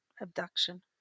abduction